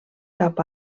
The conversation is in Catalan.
cap